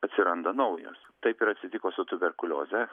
atsiranda naujos taip ir atsitiko su tuberkulioze